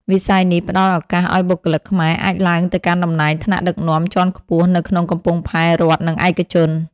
វិស័យនេះផ្តល់ឱកាសឱ្យបុគ្គលិកខ្មែរអាចឡើងទៅកាន់តំណែងថ្នាក់ដឹកនាំជាន់ខ្ពស់នៅក្នុងកំពង់ផែរដ្ឋ និងឯកជន។